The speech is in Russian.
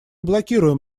блокируем